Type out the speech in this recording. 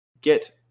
get